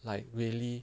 like really